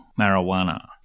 marijuana